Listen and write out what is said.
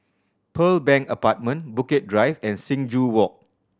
Pearl Bank Apartment Bukit Drive and Sing Joo Walk